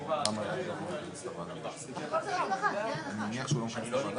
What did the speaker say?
אז איך נעביר להם דברים?